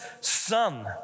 son